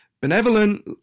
benevolent